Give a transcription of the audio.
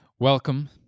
Welcome